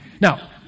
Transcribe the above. Now